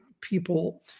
people